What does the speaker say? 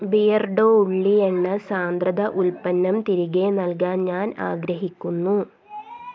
Beardo ഉള്ളി എണ്ണ സാന്ദ്രത ഉൽപ്പന്നം തിരികെ നൽകാൻ ഞാൻ ആഗ്രഹിക്കുന്നു